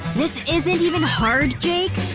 this isn't even hard, jake